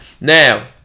Now